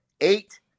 eight